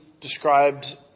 described